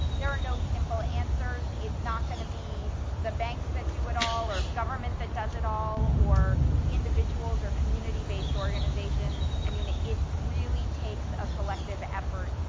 there are no simple answers. it's not going to be the banks that do it all, or government that does it all, or individuals, or community-based organizations. i mean, it really takes a collective effort,